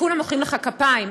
כולם מוחאים לך כפיים.